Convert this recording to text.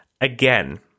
again